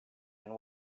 and